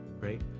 right